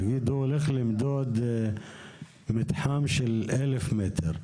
נניח שהוא הולך למדוד מתחם של 1,000 מטרים.